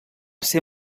ser